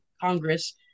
Congress